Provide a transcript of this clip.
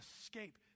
escape